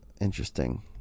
Interesting